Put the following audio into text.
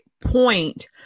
point